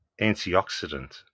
Antioxidant